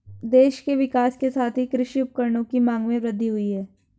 देश के विकास के साथ ही कृषि उपकरणों की मांग में वृद्धि हुयी है